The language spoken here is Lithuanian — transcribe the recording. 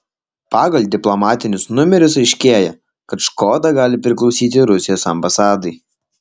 pagal diplomatinius numerius aiškėja kad škoda gali priklausyti rusijos ambasadai